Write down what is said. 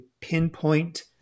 pinpoint